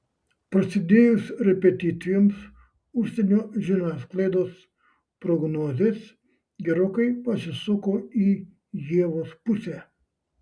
prasidėjus repeticijoms užsienio žiniasklaidos prognozės gerokai pasisuko į ievos pusę